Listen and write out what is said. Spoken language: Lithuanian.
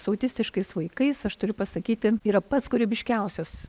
su autistiškais vaikais aš turiu pasakyti yra pats kūrybiškiausias